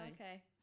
Okay